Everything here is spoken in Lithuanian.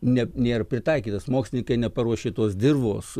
ne nėra pritaikytas mokslininkai neparuošė tos dirvos